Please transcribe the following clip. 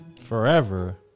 Forever